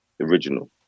original